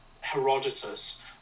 Herodotus